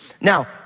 Now